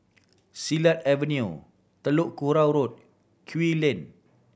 Silat Avenue Telok Kurau Road Kew Lane